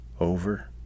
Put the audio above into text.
over